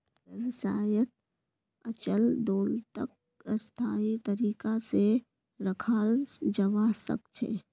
व्यवसायत अचल दोलतक स्थायी तरीका से रखाल जवा सक छे